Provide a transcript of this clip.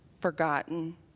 forgotten